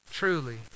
truly